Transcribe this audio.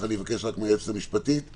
חוק ומשפט של הכנסת,